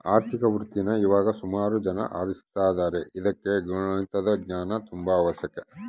ಆರ್ಥಿಕ ವೃತ್ತೀನಾ ಇವಾಗ ಸುಮಾರು ಜನ ಆರಿಸ್ತದಾರ ಇದುಕ್ಕ ಗಣಿತದ ಜ್ಞಾನ ತುಂಬಾ ಅವಶ್ಯಕ